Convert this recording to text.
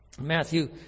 Matthew